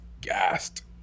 gassed